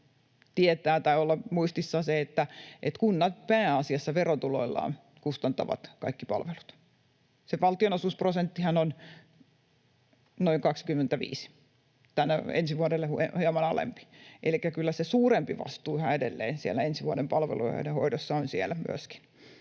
tietää tai olla muistissa se, että kunnat pääasiassa verotuloillaan kustantavat kaikki palvelut. Se valtionosuusprosenttihan on noin 25, ensi vuodelle hieman alempi. Elikkä kyllä se suurempi vastuu yhä edelleen on siellä myöskin ensi vuoden palvelujen hoidossa.